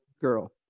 girl